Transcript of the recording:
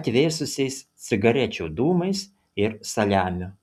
atvėsusiais cigarečių dūmais ir saliamiu